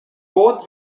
both